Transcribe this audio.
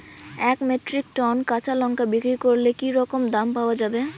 এক metric ton কাঁচা লঙ্কা বিক্রি করলে কি রকম দাম পাওয়া যাবে?